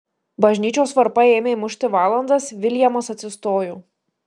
bažnyčios varpai ėmė mušti valandas viljamas atsistojo